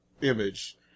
image